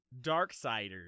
darksiders